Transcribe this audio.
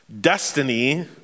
Destiny